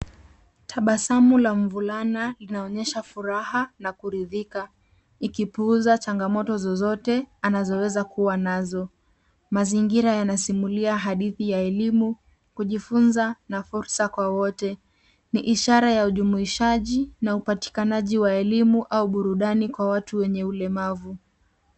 Tabasamu la mvulana inaonyesha furaha na kuridhika ikipuuza changamoto zozote anazowezakuwa nazo. Mazingira yanasimulia hadithi ya elimu, kujifunza na fursa kwa wote. Ni ishara ya ujumuishaji na upatikanaji wa elimu au burudani kwa watu wenye ulemavu.